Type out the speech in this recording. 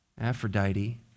Aphrodite